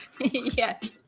Yes